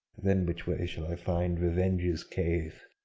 then which way shall i find revenge's cave?